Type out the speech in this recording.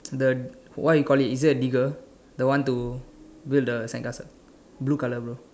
the what you call it is it a digger the one to build the sandcastle blue colour bro